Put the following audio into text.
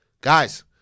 Guys